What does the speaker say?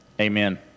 Amen